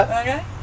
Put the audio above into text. okay